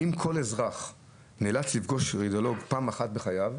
אם כל אזרח נאלץ לפגוש רדיולוג פעם אחת בחייו,